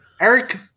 eric